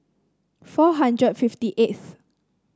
four hundred fifty eighth